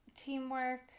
teamwork